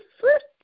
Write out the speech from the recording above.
first